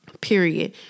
period